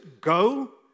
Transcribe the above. Go